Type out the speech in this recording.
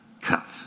cup